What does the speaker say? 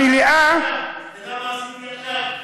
אתה יודע מה עשיתי עכשיו?